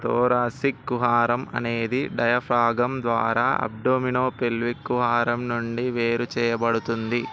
thoracic కుహారం అనేది diaphragm ద్వారా అబ్డోమినోపెల్విక్ కుహరం నుండి వేరు చేయబడుతుంది